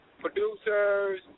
producers